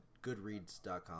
goodreads.com